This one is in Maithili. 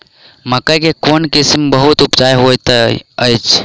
मकई केँ कोण किसिम बहुत उपजाउ होए तऽ अछि?